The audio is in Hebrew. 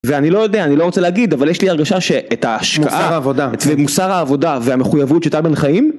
ואני לא יודע, אני לא רוצה להגיד, אבל יש לי הרגשה שאת ההשקעה למוסר העבודה והמחויבות של טל בן חיים